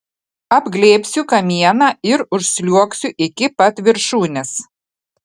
apglėbsiu kamieną ir užsliuogsiu iki pat viršūnės